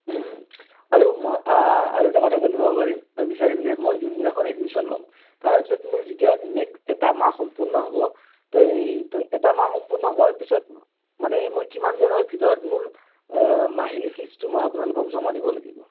আৰু মই আৰু এটা কথা জানিব পাৰিম বিচাৰিম যে মই যোনদিনাখন এডমিশ্যন ল'ম তাৰপিছত মোৰ যেতিয়া নেক্সট এটা মাহ সম্পূৰ্ণ হ'ব তেই তো এটা মাহ সম্পূৰ্ণ হোৱাৰ পিছত মানে মই কিমান দিনৰ ভিতৰত মোৰ মাহিলী ফিজটো মই আপোনালোকক জমা দিব লাগিব